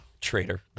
Traitor